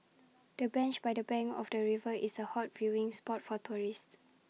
the bench by the bank of the river is A hot viewing spot for tourists